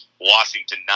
Washington